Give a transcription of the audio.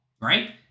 right